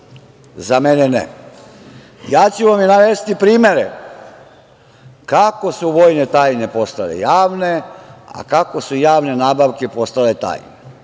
za mene ne. Ja ću vam i navesti primere, kako su vojne tajne postale javne, a kako su javne nabavke postale tajne